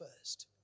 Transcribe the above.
first